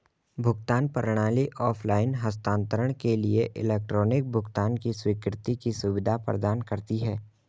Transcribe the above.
भुगतान प्रणाली ऑफ़लाइन हस्तांतरण के लिए इलेक्ट्रॉनिक भुगतान की स्वीकृति की सुविधा प्रदान करती है